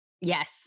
Yes